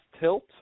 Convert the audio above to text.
tilt